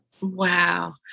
Wow